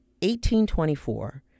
1824